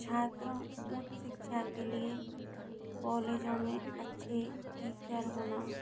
छात्रों उच्च शिक्षा के लिए कॉलेजों में अच्छे टीचर होना